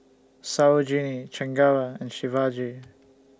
Sarojini Chengara and Shivaji